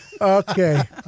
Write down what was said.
okay